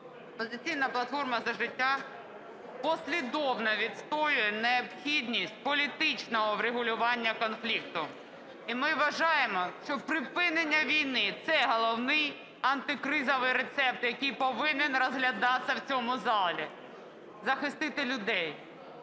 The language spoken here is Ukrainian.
"Опозиційна платформа - За життя" послідовно відстоює необхідність політичного врегулювання конфлікту. І ми вважаємо, що припинення війни – це головний антикризовий рецепт, який повинен розглядатись в цьому залі, захистити людей,